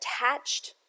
attached